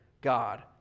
God